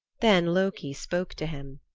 then loki spoke to him.